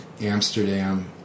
Amsterdam